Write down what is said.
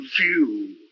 view